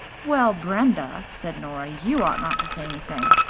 well, brenda, said nora, you ought not to say anything.